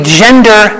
gender